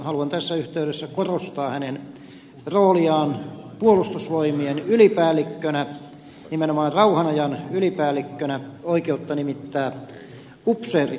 haluan tässä yhteydessä korostaa presidentin roolia puolustusvoimien ylipäällikkönä nimenomaan rauhanajan ylipäällikkönä ja oikeutta nimittää upseerit tehtäväänsä